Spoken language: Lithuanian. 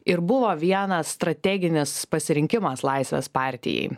ir buvo vienas strateginis pasirinkimas laisvės partijai